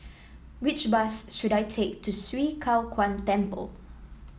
which bus should I take to Swee Kow Kuan Temple